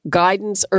guidance